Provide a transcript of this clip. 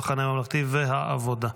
המחנה הממלכתי והעבודה.